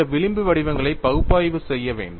இந்த விளிம்பு வடிவங்களை பகுப்பாய்வு செய்ய வேண்டும்